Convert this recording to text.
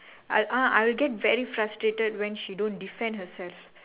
I'll ah I'll get very frustrated when she don't defend herself